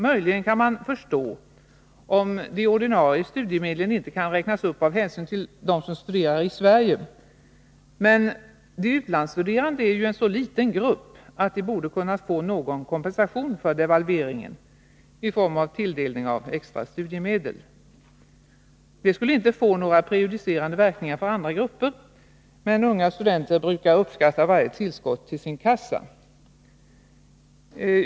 Möjligen kan man förstå om de ordinarie studiemedlen inte kan räknas upp av hänsyn till dem som studerar i Sverige. Men de utlandsstuderande utgör ändå en så liten grupp att de borde kunna få någon kompensation för devalveringen genom tilldelning av extra studiemedel. Det skulle inte få några prejudicerande verkningar för andra grupper. Men unga studenter brukar uppskatta varje tillskott till sin kassa.